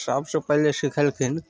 सबसँ पहिले सीखेलखिन